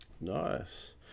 Nice